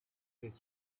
his